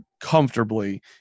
comfortably